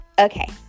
Okay